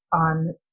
on